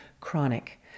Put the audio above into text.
Chronic